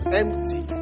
empty